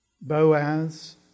Boaz